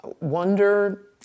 wonder